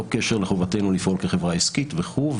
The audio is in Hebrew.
קשר לחובתנו לפעול כחברה עסקית וכו',